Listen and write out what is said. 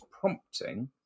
prompting